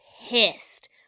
pissed